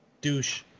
douche